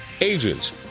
agents